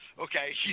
okay